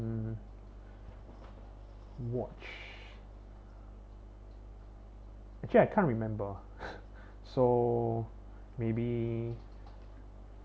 hmm watch actually I can't remember so maybe